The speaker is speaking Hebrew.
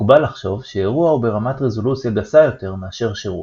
מקובל לחשוב שאירוע הוא ברמת רזולוציה גסה יותר מאשר שירות.